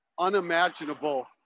unimaginable